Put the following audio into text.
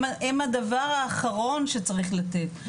הם הדבר האחרון שצריך לתת.